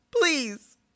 please